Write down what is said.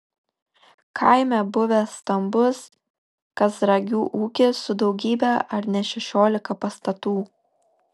kaime buvęs stambus kazragių ūkis su daugybe ar ne šešiolika pastatų